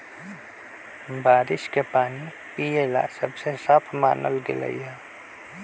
बारिश के पानी पिये ला सबसे साफ मानल गेलई ह